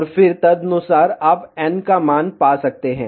और फिर तदनुसार आप n का मान पा सकते हैं